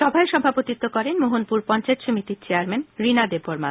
সভায় সভাপতিত্ব করেন মোহনপুর পঞ্চায়েত সমিতির চেয়ারম্যান রীনা দেববর্মা